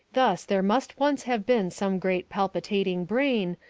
thus there must once have been some great palpitating brain,